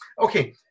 okay